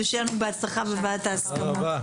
שיהיה לנו בהצלחה בוועדת ההסכמות.